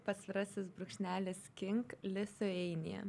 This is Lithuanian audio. pasvirasis brūkšnelis king lithuania